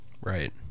Right